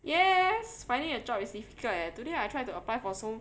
yes finding a job is difficult eh today I try to apply for so